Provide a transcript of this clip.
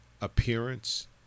appearance